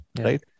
Right